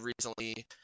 recently